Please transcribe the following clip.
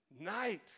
Night